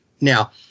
Now